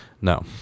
No